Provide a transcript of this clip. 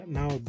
now